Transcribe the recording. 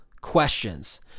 questions